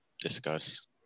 discuss